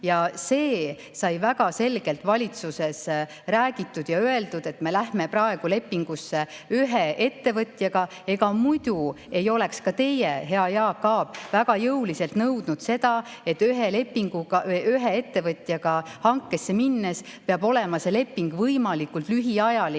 Seda sai väga selgelt valitsuses räägitud ja öeldud, et me lähme praegu lepingusse ühe ettevõtjaga. Ega muidu ei oleks ka teie, hea Jaak Aab, väga jõuliselt nõudnud seda, et ühe ettevõtjaga hankesse minnes peab see leping olema võimalikult lühiajaline.